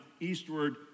eastward